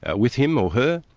ah with him or her,